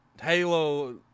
Halo